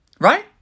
right